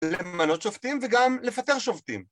למנות שופטים וגם לפטר שופטים